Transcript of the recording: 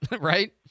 right